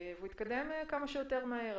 שיתקדם כמה שיותר מהר.